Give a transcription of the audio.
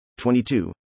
22